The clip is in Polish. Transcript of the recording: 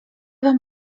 wam